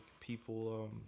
people